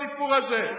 הסיפור הזה,